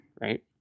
Right